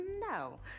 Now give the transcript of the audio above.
no